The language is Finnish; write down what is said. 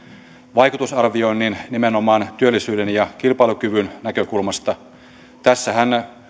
vaikutusarvioinnin nimenomaan työllisyyden ja kilpailukyvyn näkökulmasta tässähän